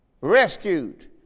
rescued